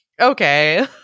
Okay